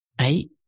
Eight